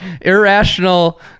Irrational